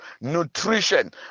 nutrition